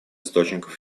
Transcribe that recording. источников